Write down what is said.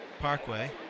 Parkway